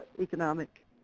economic